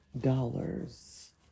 dollars